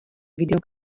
video